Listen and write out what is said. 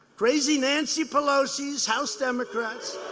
crazy nancy pelosi's house democrats.